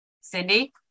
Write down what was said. Cindy